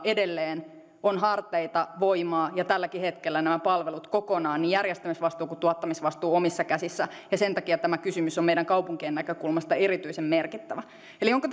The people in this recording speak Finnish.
edelleen on harteita voimaa ja tälläkin hetkellä nämä palvelut kokonaan niin järjestämisvastuu kuin tuottamisvastuukin omissa käsissä sen takia tämä kysymys on meidän kaupunkien näkökulmasta erityisen merkittävä onko